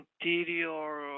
interior